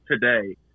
today